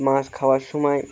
মাছ খাওয়ার সময়